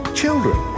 children